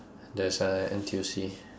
there's a N_T_U_C